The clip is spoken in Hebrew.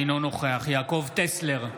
אינו נוכח יעקב טסלר,